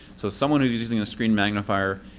so someone who is using a screen magnifier